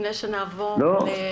מוטי, לפני שנעבור לשירות התעסוקה?